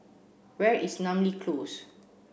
where is Namly Close